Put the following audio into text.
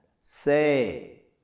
Say